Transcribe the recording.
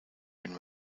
been